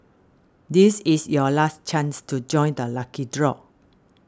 this is your last chance to join the lucky draw